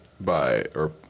by—or